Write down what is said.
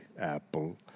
apple